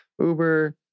Uber